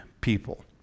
people